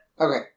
Okay